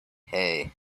hey